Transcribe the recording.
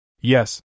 Yes